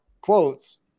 quotes